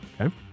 Okay